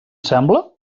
sembla